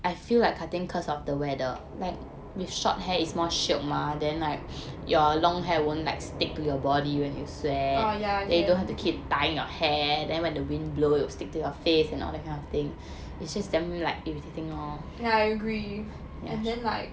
oh yeah yeah I agree and then like